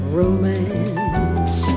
romance